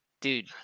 Dude